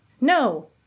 No